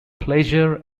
pleasure